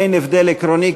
אין הבדל עקרוני,